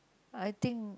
I think